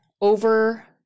over